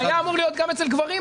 זה היה אמור להיות גם אצל גברים.